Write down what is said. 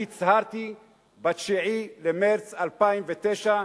אני הצהרתי ב-9 במרס 2009,